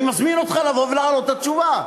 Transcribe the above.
אני מזמין אותך לבוא ולהעלות את התשובה.